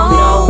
no